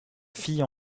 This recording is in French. fille